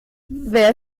wer